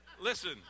Listen